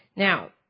Now